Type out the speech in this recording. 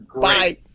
bye